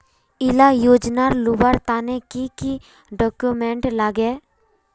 इला योजनार लुबार तने की की डॉक्यूमेंट लगे?